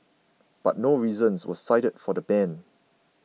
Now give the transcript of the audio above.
but no reasons were cited for the ban